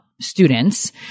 students